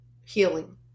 healing